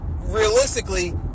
realistically